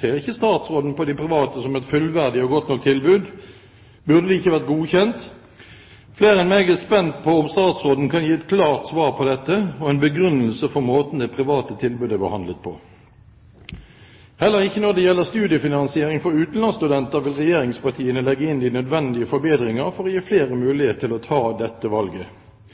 Ser ikke statsråden på de private som et fullverdig og godt nok tilbud? Burde de ikke vært godkjent? Flere enn meg er spent på om statsråden kan gi et klart svar på dette, og en begrunnelse for måten det private tilbudet er behandlet på. Heller ikke når det gjelder studiefinansiering for utenlandsstudenter vil regjeringspartiene legge inn de nødvendige forbedringer for å gi flere mulighet til å ta dette valget.